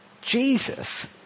Jesus